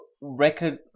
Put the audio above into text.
record